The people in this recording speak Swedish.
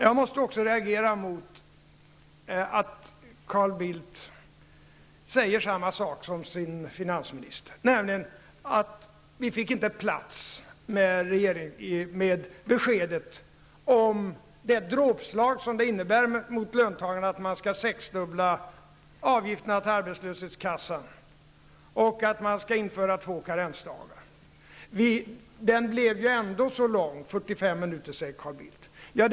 Jag måste också reagera mot att Carl Bildt säger samma sak som sin finansminister, nämligen att ni inte fick plats i regeringsförklaringen med beskedet att man skall sexdubbla avgifterna till arbetslöshetskassan och att man skall införa två karensdagar, ett besked som innebär ett dråpslag mot löntagarna. Carl Bildt säger att regeringsförklaringen ändå blev så lång, 45 minuter.